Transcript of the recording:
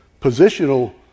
positional